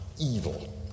evil